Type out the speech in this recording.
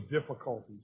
difficulties